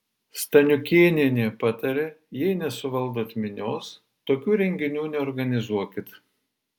staniukėnienė patarė jei nesuvaldot minios tokių renginių neorganizuokit